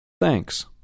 Thanks